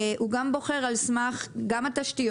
הוא גם בוחר על סמך התשתיות,